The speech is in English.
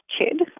kid